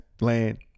land